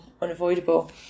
unavoidable